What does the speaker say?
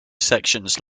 sections